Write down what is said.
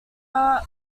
art